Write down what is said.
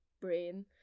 brain